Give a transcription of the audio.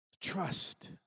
Trust